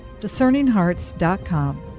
discerninghearts.com